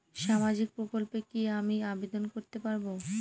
সামাজিক প্রকল্পে কি আমি আবেদন করতে পারবো?